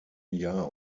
jahr